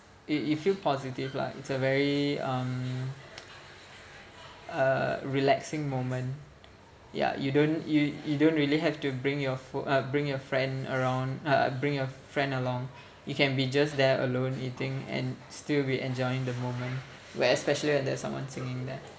you you feel positive lah it's a very um uh relaxing moment yeah you don't you you don't really have to bring your fo~ uh bring your friend around uh bring your friend along you can be just there alone eating and still be enjoying the moment where especially when there's someone singing there